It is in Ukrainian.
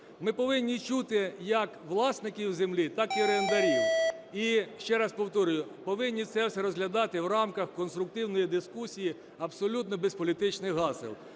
Ми повинні чути як власників землі, так і орендарів. І, ще раз повторюю, повинні це все розглядати в рамках конструктивної дискусії, абсолютно без політичних гасел.